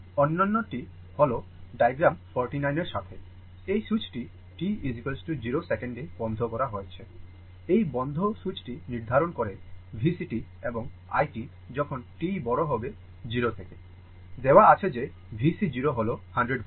অন্যটি হল ডায়াগ্রাম 49 এর সাথে এই সুইচটি t 0 সেকেন্ডে বন্ধ করা হয়েছে এই বন্ধ সুইচটি নির্ধারণ করে VCt এবং i t যখন t বড় হবে 0 থেকে দেয়া আছে যে VC 0 হল 100 volt